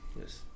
Yes